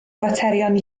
faterion